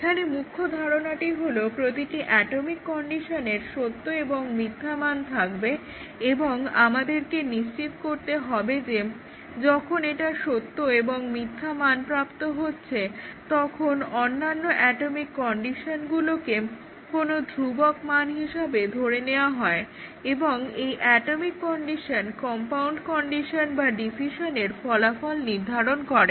এখানে মুখ্য ধারণাটি হলো প্রতিটি অ্যাটমিক কন্ডিশনের সত্য এবং মিথ্যা মান থাকবে এবং আমাদেরকে নিশ্চিত করতে হবে যে যখন এটা সত্য এবং মিথ্যা মান প্রাপ্ত হচ্ছে তখন অন্যান্য অ্যাটমিক কন্ডিশনগুলোকে কোনো ধ্রুবক মান হিসেবে ধরে নেওয়া হয় এবং এই অ্যাটমিক কন্ডিশন কম্পাউন্ড কন্ডিশন বা ডিসিশনের ফলাফল নির্ধারণ করে